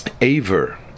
Aver